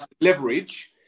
leverage